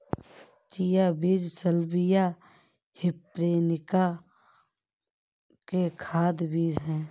chia बीज Salvia hispanica के खाद्य बीज हैं